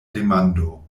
demando